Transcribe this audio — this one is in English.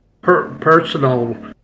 personal